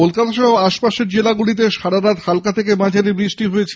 কলকাতাসহ আশপাশের জেলাগুলিতে সারা রাত হাল্কা থেকে মাঝারি বৃষ্টি হয়